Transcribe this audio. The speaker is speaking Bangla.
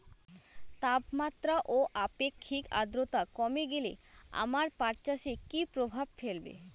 তাপমাত্রা ও আপেক্ষিক আদ্রর্তা কমে গেলে আমার পাট চাষে কী প্রভাব ফেলবে?